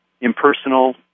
impersonal